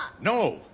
No